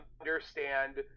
understand